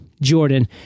Jordan